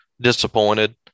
disappointed